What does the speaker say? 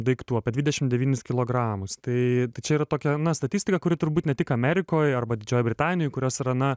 daiktų apie dvidešimt devynis kilogramus tai čia yra tokia statistika kuri turbūt ne tik amerikoj arba didžiojoj britanijoj kurios yra na